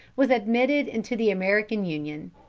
was admitted into the american union.